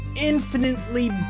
infinitely